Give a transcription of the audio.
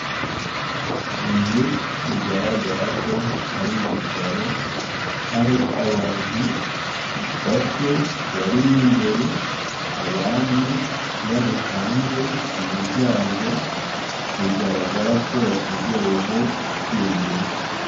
Inzu bigaragara ko ari ibitaro, hari abantu bake bari mo imbere, abandi bari hanze ku muryango, bigaragara ko bategereje kwinjira.